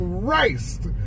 Christ